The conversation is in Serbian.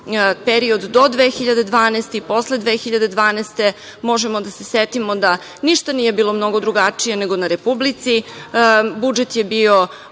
period do 2012. i posle 2012. godine, možemo da se setimo da ništa nije bilo mnogo drugačije nego na republici, budžet su